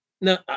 No